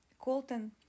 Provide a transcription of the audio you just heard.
Colton